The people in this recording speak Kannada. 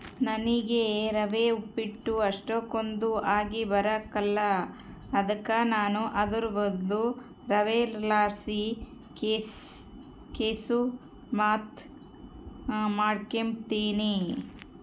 ನನಿಗೆ ರವೆ ಉಪ್ಪಿಟ್ಟು ಅಷ್ಟಕೊಂದ್ ಆಗಿಬರಕಲ್ಲ ಅದುಕ ನಾನು ಅದುರ್ ಬದ್ಲು ರವೆಲಾಸಿ ಕೆಸುರ್ಮಾತ್ ಮಾಡಿಕೆಂಬ್ತೀನಿ